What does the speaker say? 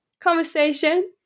conversation